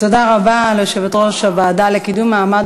תודה רבה ליושבת-ראש הוועדה לקידום מעמד